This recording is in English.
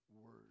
word